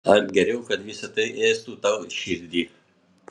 ar geriau kad visa tai ėstų tau širdį